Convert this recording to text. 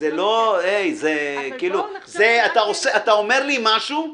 זה אתה אומר לי משהו,